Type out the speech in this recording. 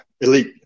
elite